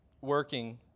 working